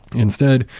instead,